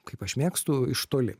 kaip aš mėgstu iš toli